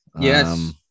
Yes